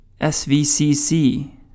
SVCC